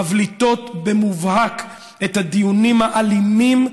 מבליטות במובהק את הדיונים האלימים,